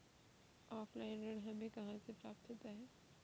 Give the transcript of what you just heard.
Offline ऋण हमें कहां से प्राप्त होता है?